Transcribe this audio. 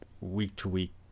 week-to-week